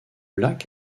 lac